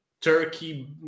turkey